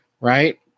right